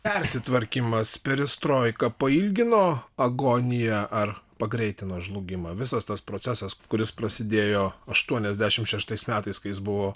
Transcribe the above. persitvarkymas perestroika pailgino agoniją ar pagreitino žlugimą visas tas procesas kuris prasidėjo aštuoniasdešimt šeštais metais kai jis buvo